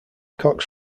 cox